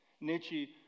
Nietzsche